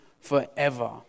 forever